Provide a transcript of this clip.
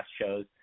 shows